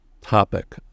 topic